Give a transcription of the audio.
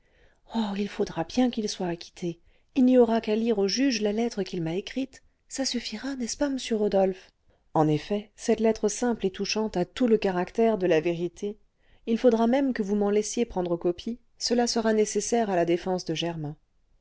oh il faudra bien qu'il soit acquitté il n'y aura qu'à lire aux juges la lettre qu'il m'a écrite ça suffira n'est-ce pas monsieur rodolphe en effet cette lettre simple et touchante a tout le caractère de la vérité il faudra même que vous m'en laissiez prendre copie cela sera nécessaire à la défense de germain